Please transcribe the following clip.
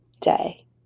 day